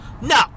No